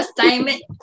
assignment